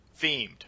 themed